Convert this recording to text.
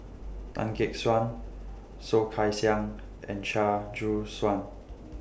Tan Gek Suan Soh Kay Siang and Chia Choo Suan